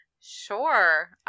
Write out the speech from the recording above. sure